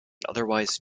otherwise